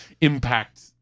impact